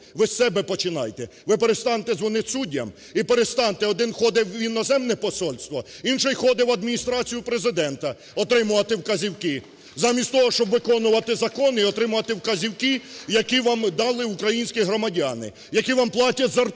Ви з себе починайте, ви перестаньте дзвонити суддям і перестаньте: один ходить в іноземне посольство, інший ходить в Адміністрацію Президента отримувати вказівки... (Оплески) Замість того щоб виконувати закон і отримувати вказівки, які вам дали українські громадяни, які вам платять зарплату